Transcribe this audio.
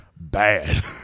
bad